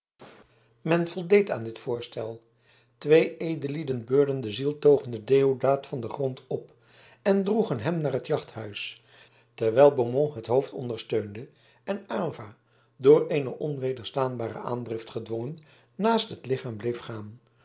men voldeed aan dit voorstel twee edellieden beurden den zieltogenden deodaat van den grond op en droegen hem naar het jachthuis terwijl beaumont het hoofd ondersteunde en aylva door eene onwederstaanbare aandrift gedwongen naast het lichaam bleef gaan